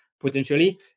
potentially